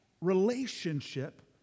relationship